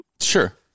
Sure